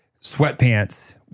sweatpants